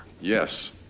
Yes